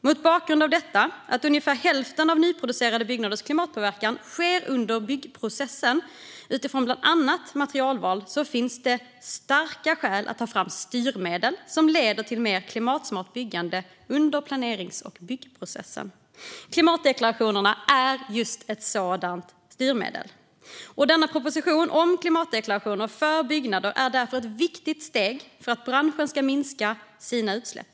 Mot bakgrund av detta - att ungefär hälften av nyproducerade byggnaders klimatpåverkan sker under byggprocessen utifrån bland annat materialval - finns det starka skäl att ta fram styrmedel som leder till ett mer klimatsmart byggande under planerings och byggprocessen. Klimatdeklarationerna är just ett sådant styrmedel. Denna proposition om klimatdeklarationer för byggnader är därför ett viktigt steg för att branschen ska minska sina utsläpp.